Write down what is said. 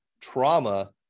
trauma